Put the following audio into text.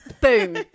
boom